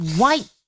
white